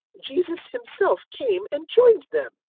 jesus himself came and joined them,